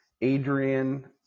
Adrian